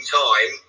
time